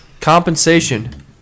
Compensation